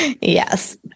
yes